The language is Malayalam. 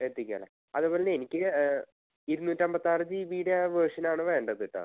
എത്തിക്കല്ലേ അതുപോലെ എനിക്ക് ഇരുന്നൂറ്റമ്പത്താറ് ജി ബിടെ ആ വേർഷനാണ് വേണ്ടത്ട്ടാ